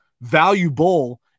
valuable